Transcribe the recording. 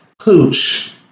pooch